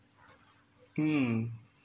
mm